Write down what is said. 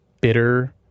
bitter